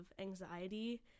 anxiety